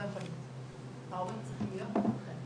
לא יכול להיות, ההורים צריכים להיות חלק.